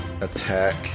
attack